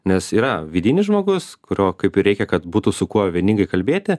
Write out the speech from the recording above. nes yra vidinis žmogus kurio kaip ir reikia kad būtų su kuo vieningai kalbėti